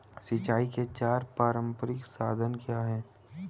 सिंचाई के चार पारंपरिक साधन क्या हैं?